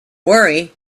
worry